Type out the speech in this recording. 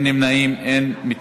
בעד, 20, אין נמנעים, אין מתנגדים.